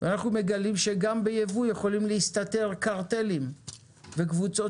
שגם ביבוא יכולים להסתתר קרטלים וקבוצות